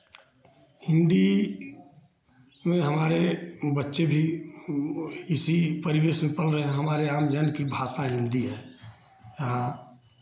हिन्दी में हमारे बच्चे भी इसी परिवेश में पल रहे हैं हमारे यहाँ आम जन की भाषा हिन्दी है आ